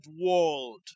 world